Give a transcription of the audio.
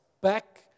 back